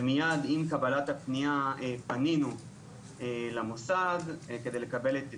ועם קבלת הפנייה מיד פנינו למוסד כדי לקבל את התייחסותו.